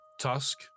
tusk